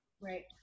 Right